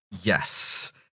Yes